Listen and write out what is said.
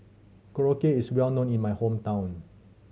korokke is well known in my hometown